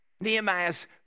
Nehemiah's